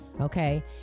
Okay